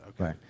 Okay